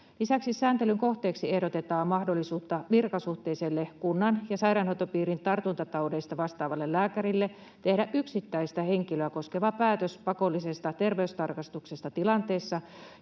Lisäksi sääntelyn kohteeksi ehdotetaan mahdollisuutta virkasuhteiselle kunnan ja sairaanhoitopiirin tartuntataudeista vastaavalle lääkärille tehdä yksittäistä henkilöä koskeva päätös pakollisesta terveystarkastuksesta tilanteessa,